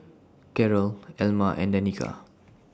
Carroll Elma and Danica